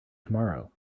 tomorrow